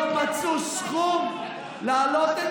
לא מצאו סכום להעלות,